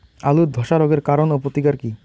আলুর ধসা রোগের কারণ ও প্রতিকার কি?